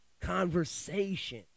conversation